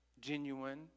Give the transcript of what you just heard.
genuine